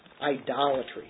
Idolatry